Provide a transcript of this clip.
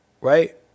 right